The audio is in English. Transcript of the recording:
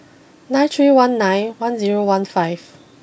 nine three one nine one zero one five